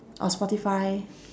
or spotify